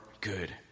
good